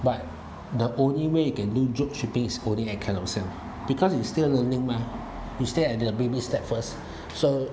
but the only way you can do drop shipping is holding at Carousell because you still learning mah you still at the baby step first so